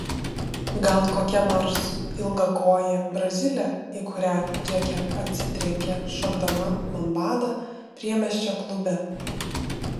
gal kokia nors ilgakojė brazilė į kurią džeke atsitrenkė šokdama lambadą priemiesčio klube